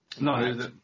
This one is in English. No